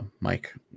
Mike